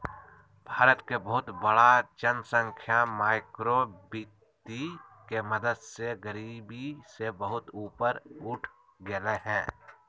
भारत के बहुत बड़ा जनसँख्या माइक्रो वितीय के मदद से गरिबी से बहुत ऊपर उठ गेलय हें